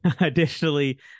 additionally